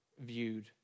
viewed